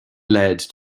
lead